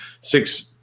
six